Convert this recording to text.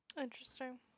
interesting